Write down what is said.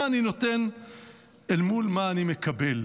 מה אני נותן אל מול מה אני מקבל.